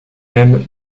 même